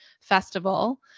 Festival